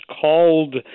called